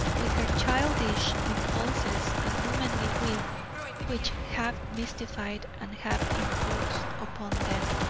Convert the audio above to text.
with her childish impulses and womanly wit which half mystified and half imposed upon them.